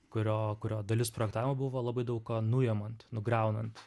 kurio kurio dalis projektavimo buvo labai daug ką nuimant nugriaunant